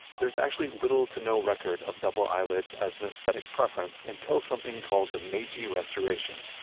there's actually little to no record of double eyelids as an aesthetic preference until something called the meiji restoration.